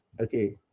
Okay